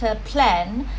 plan